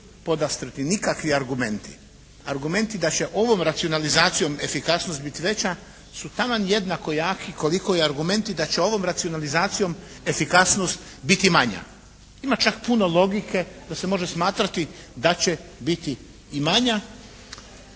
nikakvi argumenti. Argumenti da će ovom racionalizacijom efikasnost biti veća su taman jednako jaki koliko i argumenti da će ovom racionalizacijom efikasnost biti manja. Ima čak puno logike da se može smatrati da će biti i manja.